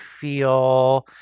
feel